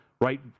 right